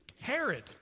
Herod